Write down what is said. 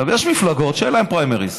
יש מפלגות שאין להן פריימריז.